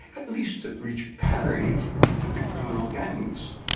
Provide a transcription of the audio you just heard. at least to reach parity with the criminal gangs.